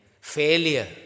failure